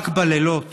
רק בלילות